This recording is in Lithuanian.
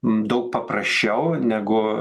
daug paprasčiau negu